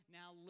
now